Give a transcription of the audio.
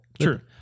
Sure